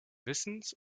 wissens